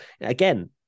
again